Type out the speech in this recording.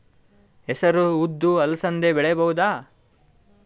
ಹೆಸರು ಉದ್ದು ಅಲಸಂದೆ ಬೆಳೆಯಬಹುದಾ?